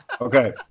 Okay